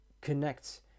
connect